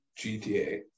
GTA